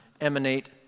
emanate